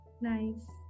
Nice